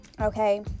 Okay